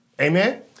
amen